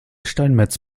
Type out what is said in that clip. steinmetz